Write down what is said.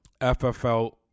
FFL